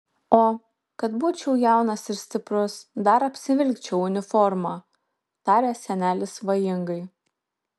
o kad būčiau jaunas ir stiprus dar apsivilkčiau uniformą tarė senelis svajingai